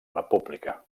república